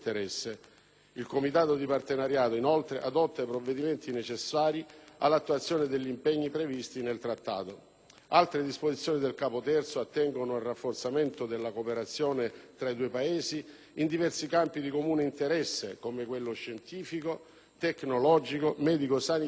Il Comitato di partenariato, inoltre, adotta i provvedimenti necessari all'attuazione degli impegni previsti dal Trattato. Altre disposizioni del Capo III attengono al rafforzamento della cooperazione fra i due Paesi in diversi campi di comune interesse, come quello scientifico, tecnologico, medico-sanitario